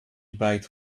biked